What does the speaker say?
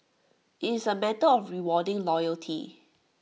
IT is A matter of rewarding loyalty